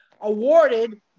Awarded